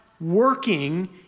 working